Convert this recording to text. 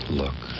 look